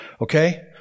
Okay